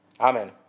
Amen